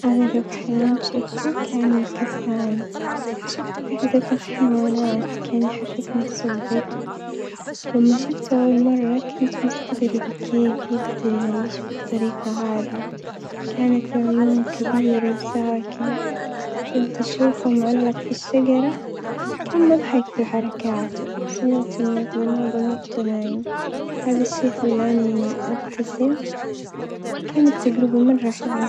أغرب حيوان شفته كان الكسلان، شفته في حديقة الحيوانات كان يحرك نفسه ببطء، لما شفته أول مرة كنت مستغربة كيف يقدر يعيش يالطريقة هذي، كانت له عيون كبيرة وساكن، كنت أشوفه معلق في الشجرة كان مظحك في حركاته، سمعت أنه يقظي معظم وقته نايم هذا الشي خلاني أبتسم، كانت تجربة مرة حلوة.